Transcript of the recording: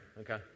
okay